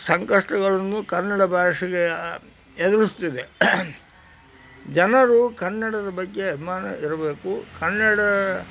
ಸಂಕಷ್ಟಗಳನ್ನು ಕನ್ನಡ ಭಾಷೆಗೆ ಎದುರಿಸುತ್ತಿದೆ ಜನರು ಕನ್ನಡದ ಬಗ್ಗೆ ಅಭಿಮಾನ ಇರಬೇಕು ಕನ್ನಡ